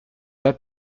pas